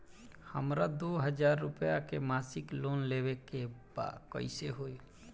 हमरा दो हज़ार रुपया के मासिक लोन लेवे के बा कइसे होई?